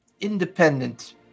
independent